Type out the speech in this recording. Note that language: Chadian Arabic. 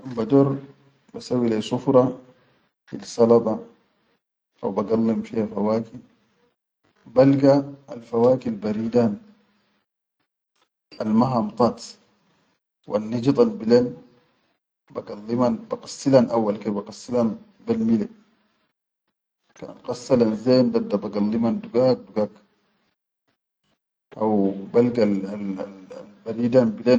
Kan bador basawwi lai sufura hil salata, haw bagallim fiya fawaki, balga alfawak albaridan alma hamdaat wannijidan bilen, bagalliman, baqassilan awwal ke, baqassilan bel mile, kan al qassalan zen dadda bagalliman dugag dugag haw balgal.